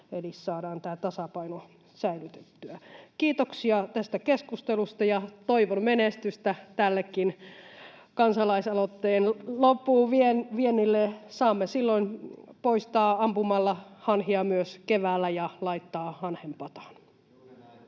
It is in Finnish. Eli saadaan tämä tasapaino säilytettyä. Kiitoksia tästä keskustelusta. Toivon menestystä tämänkin kansalaisaloitteen loppuun viennille. [Petri Huru: Kiitos valiokunnalle!] Saamme silloin poistaa ampumalla hanhia myös keväällä ja laittaa hanhen pataan.